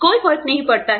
कोई फर्क नहीं पड़ता है